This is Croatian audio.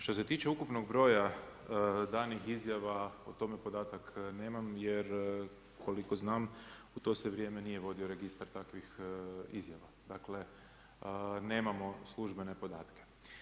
Što se tiče ukupnog broja danih izjava, o tome podatak nemam jer koliko znam u to se vrijeme nije vodio registar takvih izjava, dakle nemamo službene podatke.